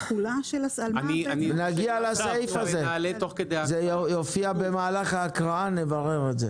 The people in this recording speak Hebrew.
כל הדברים האלה, אחרי הקריאה הראשונה.